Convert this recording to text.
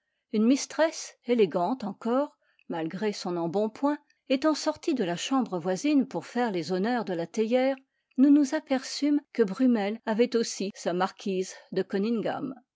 une mistress élégante encore malgré son embonpoint étant sortie de la chambre voisine pour faire les honneurs de la théière nous nous aperçûmes que brummel avait aussi sa marquise de